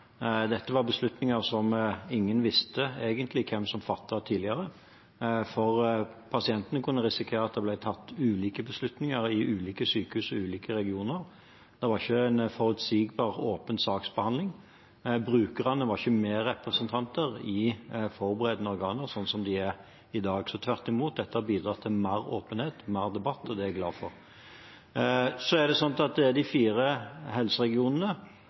Dette var beslutninger som ingen egentlig visste hvem som fattet tidligere, for pasientene kunne risikere at det ble tatt ulike beslutninger i ulike sykehus og i ulike regioner. Det var ikke en forutsigbar og åpen saksbehandling. Brukerne var ikke medrepresentanter i forberedende organer, slik de er i dag. Så tvert imot: Dette har bidratt til mer åpenhet og mer debatt, og det er jeg glad for. Så er det slik at det er de fire helseregionene